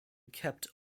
kept